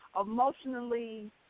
emotionally